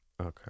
Okay